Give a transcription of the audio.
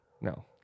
no